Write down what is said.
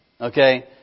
Okay